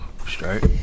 Straight